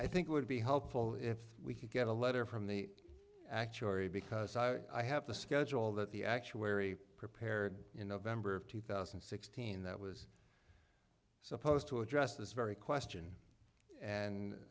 k i think it would be helpful if we could get a letter from the actuary because i have the schedule that the actuary prepared you november of two thousand and sixteen that was supposed to address this very question and